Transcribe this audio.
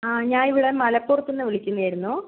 ആ ഞാൻ ഇവിടെ മലപ്പുറത്ത് നിന്ന് വിളിക്കുന്നതായിരുന്നു